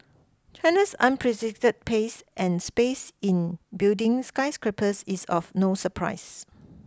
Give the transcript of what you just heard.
China's unprecedented pace and space in building skyscrapers is of no surprise